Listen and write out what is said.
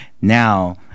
now